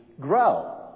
grow